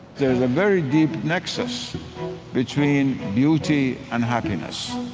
there is a very deep nexus between beauty and happiness.